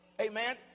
Amen